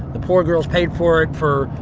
the poor girl's paid for it for,